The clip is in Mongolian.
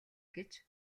гэж